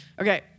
Okay